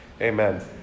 Amen